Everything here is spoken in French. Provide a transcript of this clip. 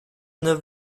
neuf